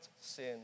sin